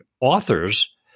authors